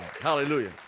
Hallelujah